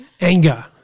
anger